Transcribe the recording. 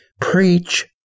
Preach